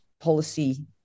policy